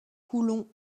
coulon